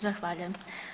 Zahvaljujem.